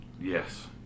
Yes